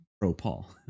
pro-Paul